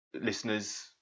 listeners